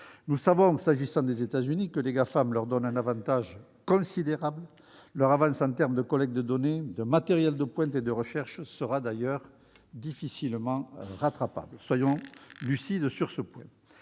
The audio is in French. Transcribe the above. Nous savons, s'agissant des États-Unis, que les Gafam leur donnent un avantage considérable. Leur avance en termes de collecte des données, de matériel de pointe et de recherche sera- soyons lucides -difficilement rattrapable. Les investissements